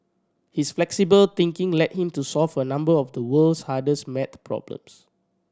his flexible thinking led him to solve a number of the world's hardest math problems